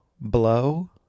blow